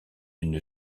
une